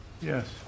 Yes